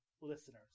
listeners